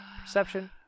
perception